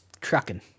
trucking